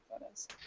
photos